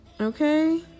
Okay